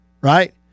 right